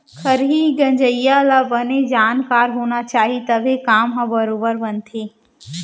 खरही गंजइया ल बने जानकार होना चाही तभे काम ह बरोबर बनथे